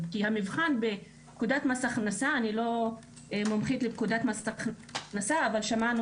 כי המבחן בפקודת מס הכנסה אני לא מומחית לפקודת מס הכנסה אבל שמענו